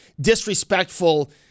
disrespectful